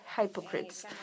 hypocrites